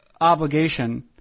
obligation